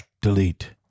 delete